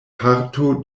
parto